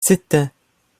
ستة